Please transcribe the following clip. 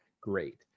great